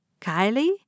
Kylie